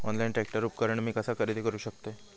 Online tractor उपकरण मी कसा खरेदी करू शकतय?